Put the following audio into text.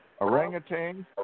orangutan